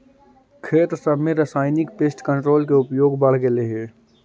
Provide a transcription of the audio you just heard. खेत सब में रासायनिक पेस्ट कंट्रोल के उपयोग बढ़ गेलई हे